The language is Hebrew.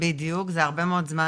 בדיוק זה הרבה מאוד זמן,